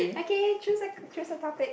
okay choose a choose a topic